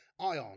ion